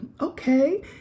okay